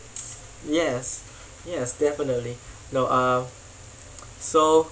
yes yes definitely no ah so